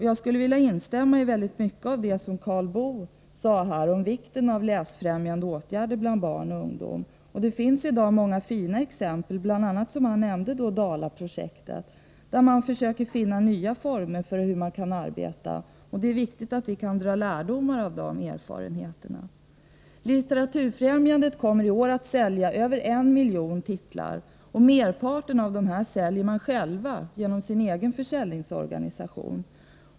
Jag skulle här vilja instämma i mycket av det som Karl Boo sade om vikten av läsfrämjande åtgärder bland barn och ungdom. Det finns i dag många fina exempel, bl.a. Dalaprojektet, som han nämnde, där man försöker finna nya former för hur man skall arbeta. Det är viktigt att vi kan dra lärdomar av de erfarenheterna. Litteraturfrämjandet kommer i år att sälja över en miljon titlar. Merparten av dessa säljer man genom sin egen försäljningsorganisation.